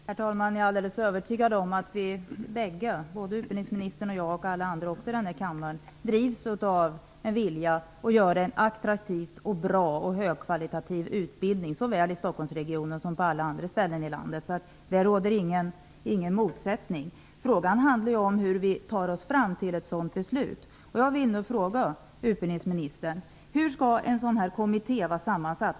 Herr talman! Jag är alldeles övertygad om att både utbildningsministern och jag och även alla andra i den här kammaren drivs av en vilja att skapa en attraktiv, bra och högkvalitativ utbildning såväl i Stockholmsregionen som på alla andra ställen i landet. Det råder alltså ingen motsättning på den punkten. Frågan handlar om hur vi tar oss fram till ett sådant beslut. Jag vill nu fråga utbildningsministern: Hur skall en sådan här kommitté vara sammansatt?